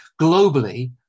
Globally